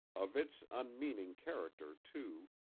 of its unmeaning character, too,